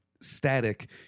static